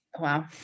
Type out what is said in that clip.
wow